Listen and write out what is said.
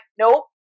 nope